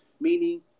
meaning